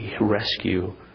rescue